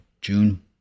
June